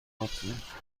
لطفا